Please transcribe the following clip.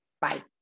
Bye